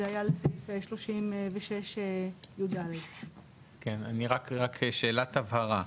זה היה לסעיף 36יד. כן, אני רק שאלת הבהרה.